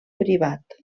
privat